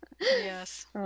Yes